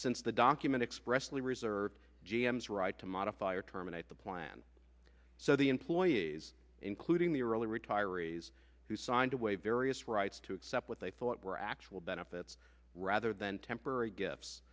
since the document expressly reserved g m s right to modify or terminate the plan so the employees including the early retirees who signed away various rights to accept what they thought were actual benefits rather than temporary gifts